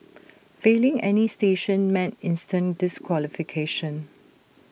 failing any station meant instant disqualification